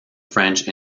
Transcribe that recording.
french